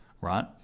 right